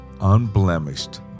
unblemished